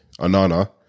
Anana